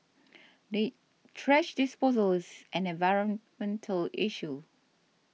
the trash disposal is an environmental issue